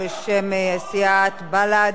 בשם סיעת בל"ד.